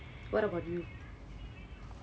what about you